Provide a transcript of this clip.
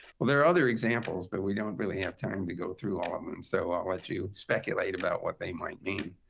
well, there are other examples, but we don't really have time to go through all of them. so i'll let you speculate about what they might mean.